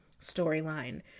storyline